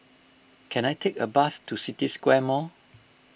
can I take a bus to City Square Mall